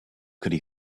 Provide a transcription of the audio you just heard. could